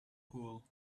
hole